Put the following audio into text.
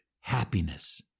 happiness